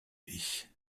ich